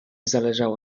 zależało